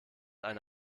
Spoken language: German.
eine